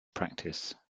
practice